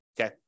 Okay